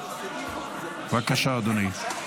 בבקשה, אדוני.